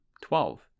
Twelve